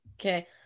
Okay